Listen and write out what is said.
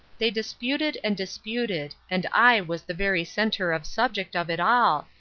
they disputed and disputed, and i was the very center of subject of it all,